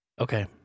Okay